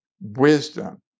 wisdom